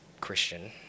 Christian